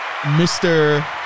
Mr